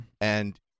And-